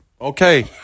Okay